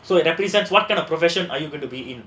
so it represents what kind of profession are you going to be in